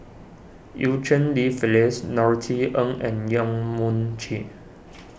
Eu Cheng Li Phyllis Norothy Ng and Yong Mun Chee